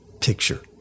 picture